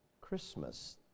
Christmas